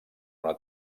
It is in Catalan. una